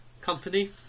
company